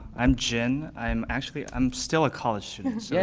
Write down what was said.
i'm jin. i'm actually um still a college student, yeah